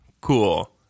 Cool